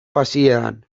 pasieran